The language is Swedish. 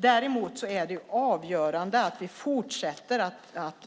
Däremot är det avgörande att vi fortsätter att